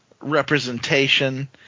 representation